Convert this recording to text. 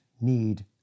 need